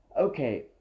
okay